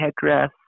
headdress